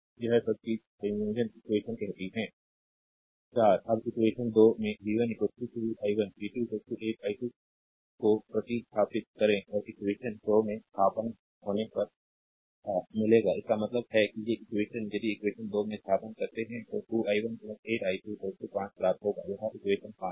यह सब चीज़ संयोजन इक्वेशन कहती है 4 अब इक्वेशन 2 में v 1 2 i1 v 2 8 i2 को प्रतिस्थापित करें और इक्वेशन 2 में स्थानापन्न होने पर मिलेगा इसका मतलब है कि ये इक्वेशन यदि इक्वेशन 2 में स्थानापन्न करते हैं तो 2 i1 8 i2 5 प्राप्त होगा यह इक्वेशन 5 है